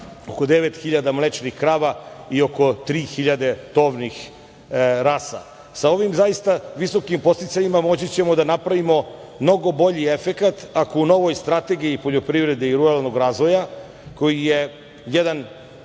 oko 9.000 mlečnih krava i oko 3.000 tovnih rasa. Sa ovim visokim podsticajima moći ćemo da napravimo mnogo bolji efekat ako u novoj strategije poljoprivrede i ruralnog razvoja, koji je,